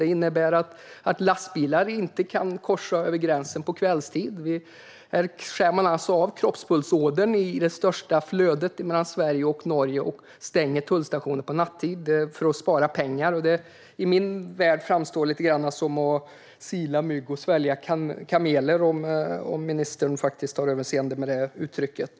Det innebär att lastbilar inte kan korsa gränsen på kvällstid. På det sättet skär man alltså av kroppspulsådern i det största flödet mellan Sverige och Norge. Tullstationen är stängd under nattetid för att man ska spara pengar. I min värld framstår det som att sila mygg och svälja kameler, om ministern har överseende med det uttrycket.